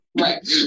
Right